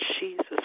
Jesus